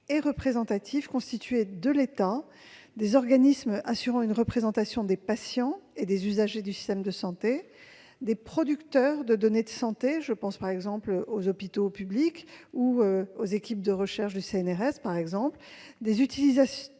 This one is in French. et représentative, constituée de l'État, des organismes assurant une représentation des patients et des usagers du système de santé, des producteurs de données de santé- je pense par exemple aux hôpitaux publics ou aux équipes de recherche du CNRS -, des utilisateurs